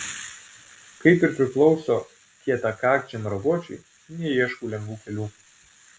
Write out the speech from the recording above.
kaip ir priklauso kietakakčiam raguočiui neieškau lengvų kelių